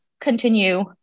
continue